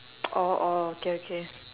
orh orh okay okay